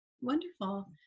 Wonderful